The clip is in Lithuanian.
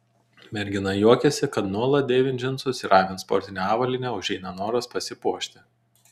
mergina juokiasi kad nuolat dėvint džinsus ir avint sportinę avalynę užeina noras pasipuošti